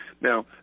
Now